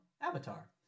*Avatar*